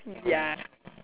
ya